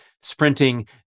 sprinting